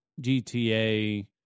GTA